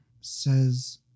says